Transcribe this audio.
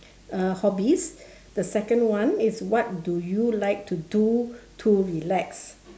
uh hobbies the second one is what do you like to do to relax